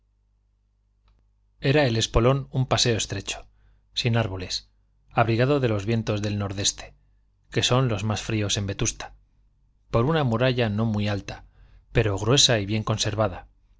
era el espolón un paseo estrecho sin árboles abrigado de los vientos del nordeste que son los más fríos en vetusta por una muralla no muy alta pero gruesa y bien conservada